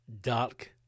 dark